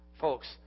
Folks